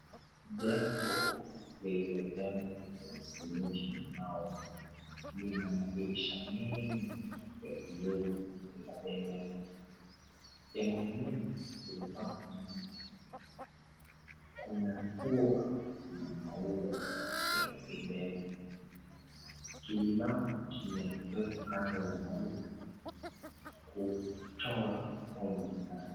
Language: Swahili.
Jengo lililojengwa kwa simiti na mawe lina madirisha mengi ya vioo ya kupendeza. Jengo lenyewe limepakwa rangi. Kuna ua la maua ya kupendeza. Kijibango kimewekwa nje ya maua kutoa ovyo fulani.